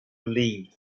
relieved